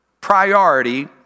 priority